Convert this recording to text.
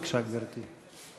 בבקשה, גברתי.